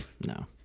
No